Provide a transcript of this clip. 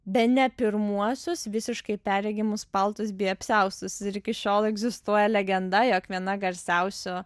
bene pirmuosius visiškai perregimus paltus bei apsiaustus ir iki šiol egzistuoja legenda jog viena garsiausių